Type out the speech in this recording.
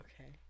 Okay